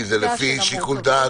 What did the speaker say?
כי זה לפי שיקול דעת של --- המספר הוא